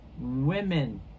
women